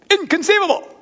Inconceivable